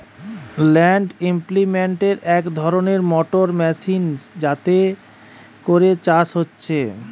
land ইমপ্রিন্টের এক ধরণের মোটর মেশিন যাতে করে চাষ হচ্ছে